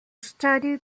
study